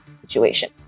situation